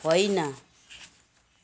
होइन